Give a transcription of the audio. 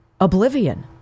oblivion